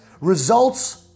Results